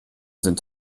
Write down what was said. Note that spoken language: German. sind